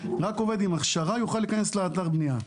רק עובד עם הכשרה יוכל להיכנס לאתר בנייה.